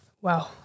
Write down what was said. Wow